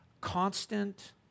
constant